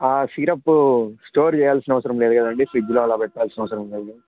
ఆ syrup store చేయాల్సినవసరం లేదు కదండి ఫ్రిడ్జలో అలా పెట్టల్సినవసరం లేదుగా